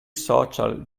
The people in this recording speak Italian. social